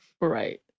Right